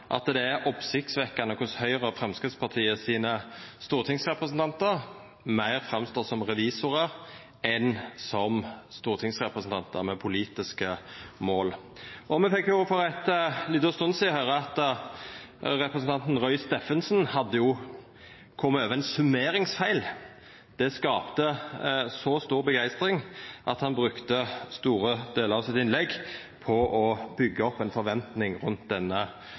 at det er oppsiktsvekkjande korleis Høgres og Framstegspartiets stortingsrepresentantar meir framstår som revisorar enn som stortingsrepresentantar med politiske mål. Me fekk for ei lita stund sidan høyra at representanten Roy Steffensen hadde kome over ein summeringsfeil. Det skapte så stor begeistring at han brukte store delar av innlegget sitt til å byggja opp ei forventning rundt denne